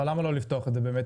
אבל למה לא לפתוח את זה באמת,